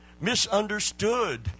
Misunderstood